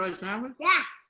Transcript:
like sandwich? yeah.